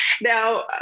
Now